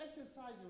exercise